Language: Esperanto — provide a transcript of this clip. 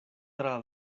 tra